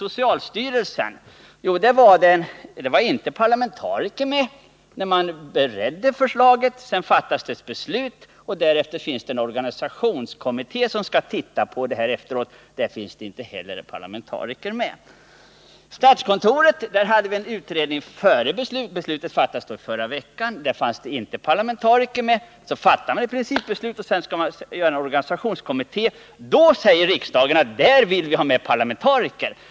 När det gällde socialstyrelsen var inte parlamentariker med när man beredde förslaget. Sedan fattades det ett beslut, och så skulle en organisationskommitté se på det hela efteråt. Där finns inte heller parlamentariker med. När det gäller statskontoret hade vi en utredning före beslutet, som fattades i förra veckan. Där fanns inte parlamentariker med. Man fattar alltså ett principbeslut, och sedan skall man ha en organisationskommitté. Då säger riksdagen att där vill vi ha med parlamentariker.